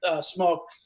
smoke